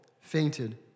fainted